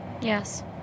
Yes